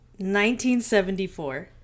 1974